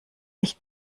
nicht